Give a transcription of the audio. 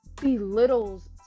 belittles